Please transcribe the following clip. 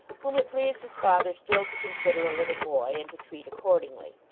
whom it pleased his father still to consider a little boy, and to treat accordingly.